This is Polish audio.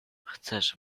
chcesz